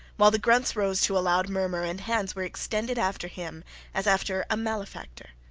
while the grunts rose to a loud murmur and hands were extended after him as after a malefactor.